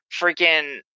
freaking